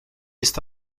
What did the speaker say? ist